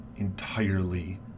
entirely